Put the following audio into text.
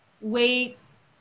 weights